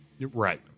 Right